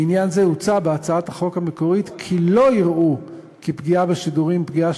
בעניין זה הוצע בהצעת החוק המקורית כי לא יראו כפגיעה בשידורים פגיעה